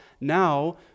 now